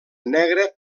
negre